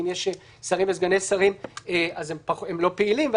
אם יש שרים וסגני שרים הם לא פעילים,